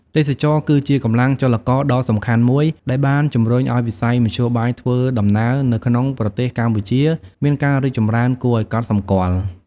ទេសចរណ៍គឺជាកម្លាំងចលករដ៏សំខាន់មួយដែលបានជំរុញឲ្យវិស័យមធ្យោបាយធ្វើដំណើរនៅក្នុងប្រទេសកម្ពុជាមានការរីកចម្រើនគួរឲ្យកត់សម្គាល់។